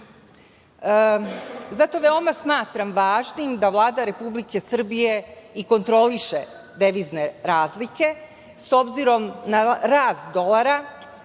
smatram veoma važnim da Vlada Republike Srbije i kontroliše devizne razlike, s obzirom na rast dolara,